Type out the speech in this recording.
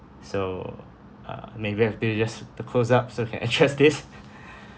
so uh maybe have few years to close up so you can adjust this